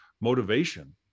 motivation